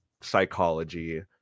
psychology